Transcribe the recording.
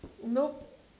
nope